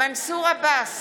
מנסור עבאס,